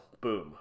boom